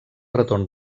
retorn